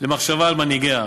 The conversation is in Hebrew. למחשבה על מנהיגיה.